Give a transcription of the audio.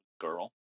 girl